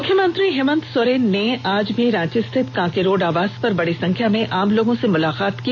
मुख्यमंत्री हेमंत सोरेन ने आज रांची स्थित कांके रोड आवास पर बड़ी संख्या में आम लोगों से मुलाकात की